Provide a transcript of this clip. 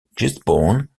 gisborne